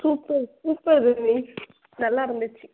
super super நல்லாருந்துச்சு